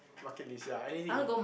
luckily sia anything